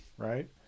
Right